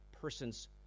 person's